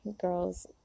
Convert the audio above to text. Girls